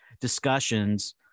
discussions